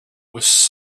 was